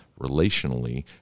relationally